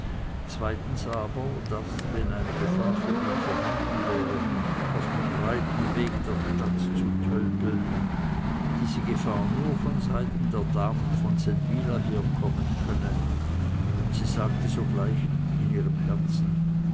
zweitens aber daß wenn eine gefahr für ihn vorhanden wäre auf den breiten weg der stadt zu tölpeln diese gefahr nur von seiten der damen von seldwyla herkommen könne und sie sagte sogleich in ihrem herzen